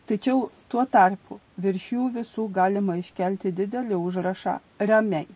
tačiau tuo tarpu virš jų visų galima iškelti didelį užrašą ramiai